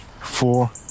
four